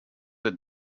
that